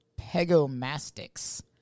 Pegomastix